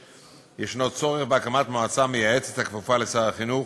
יש צורך בהקמת מועצה מייעצת הכפופה לשר החינוך,